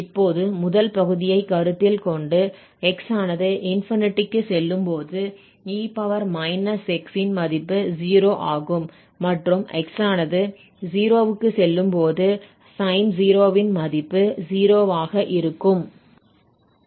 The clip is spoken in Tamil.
இப்போது முதல் பகுதியை கருத்தில் கொண்டு x ஆனது க்கு செல்லும் போது e−x ன் மதிப்பு 0 ஆகும் மற்றும் x ஆனது 0 க்கு செல்லும் போது sin 0 ன் மதிப்பு 0 ஆக இருக்கும்